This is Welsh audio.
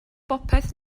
bopeth